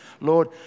Lord